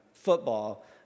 football